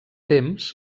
temps